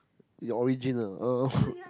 your origin ah